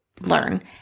learn